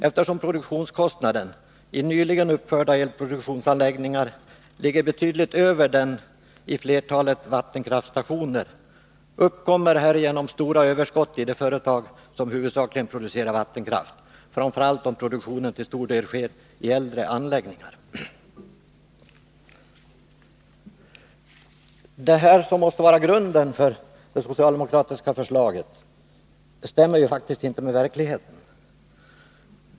Eftersom produktionskostnaden i nyligen uppförda elproduktionsanläggningar ligger betydligt över den i flertalet vattenkraftstationer uppkommer härigenom stora överskott i de företag som huvudsakligen Nr 53 producerar vattenkraft, framför allt om produktionen till stor del sker i äldre anläggningar.” Detta — som måste vara grunden för det socialdemokratiska förslaget — stämmer faktiskt inte med verkligheten.